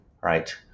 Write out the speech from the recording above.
right